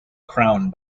crown